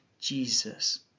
Jesus